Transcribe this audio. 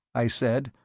i said,